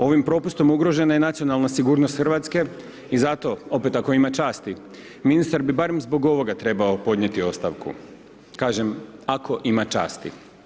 Ovim propustom ugrožena je nacionalna sigurnost RH i zato, opet ako ima časti, ministar bi barem zbog ovoga trebao podnijeti ostavku, kažem ako ima časti.